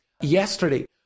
yesterday